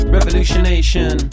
Revolutionation